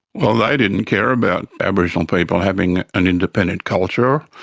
well they didn't care about aboriginal people having an independent culture,